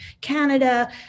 Canada